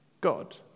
God